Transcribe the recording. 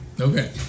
Okay